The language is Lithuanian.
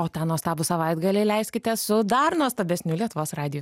o tą nuostabų savaitgalį leiskite su dar nuostabesniu lietuvos radiju